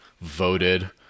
voted